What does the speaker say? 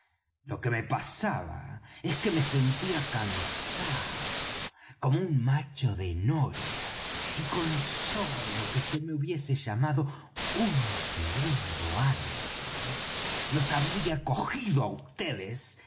lo que me pasaba es que me sentía cansado como un macho de noria y con sólo que se me hubiese llamado un segundo antes los habría cogido á